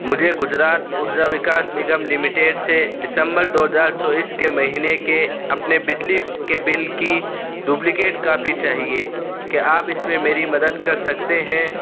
مجھے گجرات ارجا وکاس نگم لمیٹڈ سے ڈسمبر دو ہجار چوبیس کے مہینے کے اپنے بجلی کے بل کی ڈپلیکیٹ کاپی چاہیے کیا آپ اس میں میری مدد کر سکتے ہیں